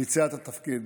ביצע את התפקיד.